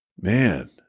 Man